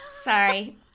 Sorry